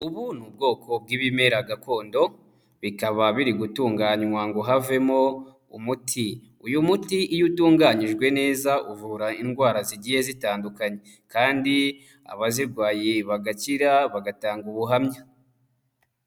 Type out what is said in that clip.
Ubu ni ubwoko bw'ibimera gakondo bikaba biri gutunganywa ngo havemo umuti, uyu muti iyo utunganyijwe neza uvura indwara zigiye zitandukanye kandi abazirwaye bagakira bagatanga ubuhamya.